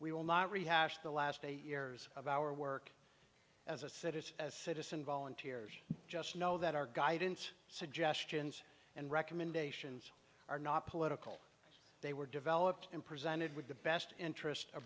we will not rehash the last eight years of our work as a citizen as citizen volunteers just know that our guidance suggestions and recommendations are not political they were developed and presented with the best interest